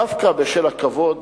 דווקא בשל הכבוד